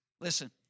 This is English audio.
Listen